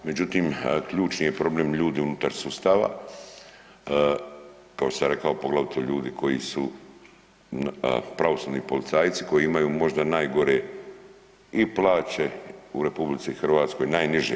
Međutim, ključni je problem ljudi unutar sustava kao što sam rekao poglavito ljudi koji su pravosudni policajci koji imaju možda najgore i plaće u RH, najniže.